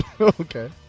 Okay